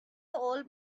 old